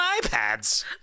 iPads